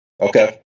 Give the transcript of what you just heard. Okay